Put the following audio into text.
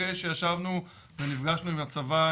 אחרי שישבנו ונפגשנו עם הצבא,